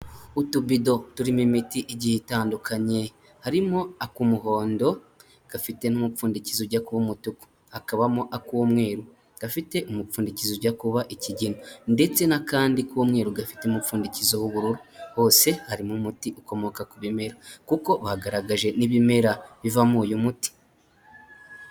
Utubido turimo imiti igiye itandukanye, harimo ak'umuhondo gafite n'umupfundikizo ujya kuba umutuku, hakabamo ak'umweru gafite umupfundikizo ujya kuba ikigina ndetse n'akandi k'umweru gafite umupfundikizo w'ubururu, hose harimo umuti ukomoka ku bimera kuko bagaragaje n'ibimera bivamo uyu muti.